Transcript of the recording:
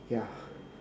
ya